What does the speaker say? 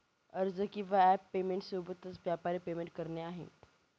अर्ज किंवा app payment सोबतच, व्यापारी पेमेंट करणे आहे